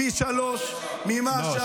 פי שלושה ממה שהיה לפני שנה.